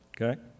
okay